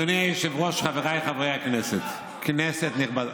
אדוני היושב-ראש, חבריי חברי הכנסת, כנסת נכבדה,